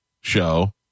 show